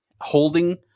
holding